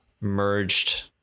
merged